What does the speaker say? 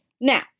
Now